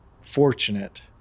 fortunate